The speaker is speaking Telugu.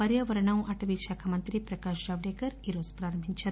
పర్భావరణ అటవీ శాఖ మంత్రి ప్రకాశ్ జావదేకర్ ఈరోజు ప్రారంభించారు